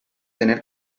tener